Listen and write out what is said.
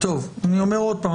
אני אומר עוד פעם,